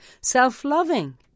self-loving